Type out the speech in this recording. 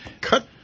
cut